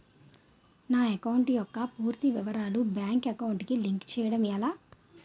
నా అకౌంట్ యెక్క పూర్తి వివరాలు బ్యాంక్ అకౌంట్ కి లింక్ చేయడం ఎలా?